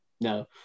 no